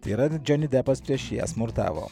tai yra džoni dep prieš ją smurtavo